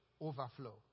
overflow